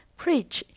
preach